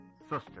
sister